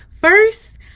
First